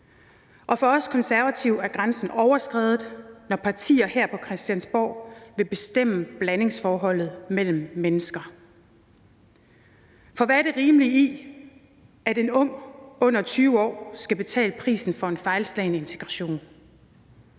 og for os konservative er grænsen overskredet, når partier her på Christiansborg vil bestemme blandingsforholdet mellem mennesker. For hvad er det rimelige i, at en ung under 20 år skal betale prisen for en fejlslagen integration?